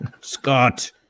Scott